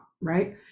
right